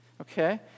Okay